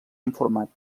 informat